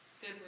good